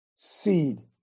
Seed